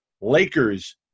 Lakers